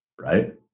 Right